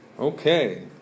okay